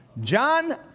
John